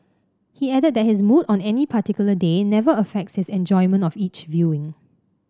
he added that his mood on any particular day never affects his enjoyment of each viewing